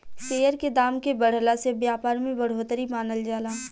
share के दाम के बढ़ला से व्यापार में बढ़ोतरी मानल जाला